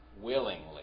willingly